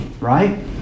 Right